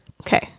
Okay